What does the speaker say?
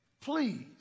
please